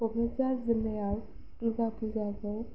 क'क्राझार जिल्लायाव दुर्गा फुजाखौ